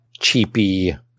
cheapy